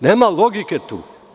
Nema logike tu.